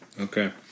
Okay